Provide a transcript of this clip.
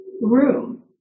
room